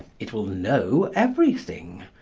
it will know everything.